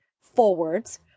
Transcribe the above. forwards